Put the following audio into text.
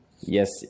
Yes